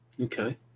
okay